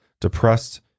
depressed